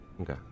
Okay